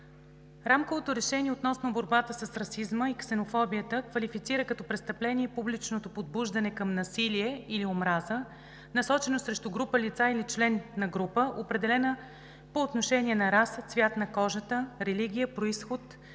Рамковото решение относно борбата с расизма и ксенофобията квалифицира като престъпление публичното подбуждане към насилие или омраза, насочено срещу група лица или член на група, определена по отношение на раса, цвят на кожата, религия, произход,